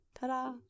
ta-da